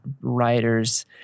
writers